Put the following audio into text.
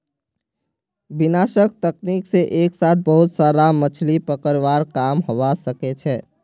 विनाशक तकनीक से एक साथ बहुत सारा मछलि पकड़वार काम हवा सके छे